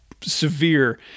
severe